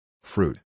Fruit